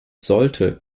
sollte